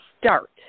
start